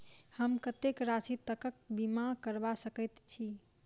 हम कत्तेक राशि तकक बीमा करबा सकैत छी?